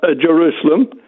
Jerusalem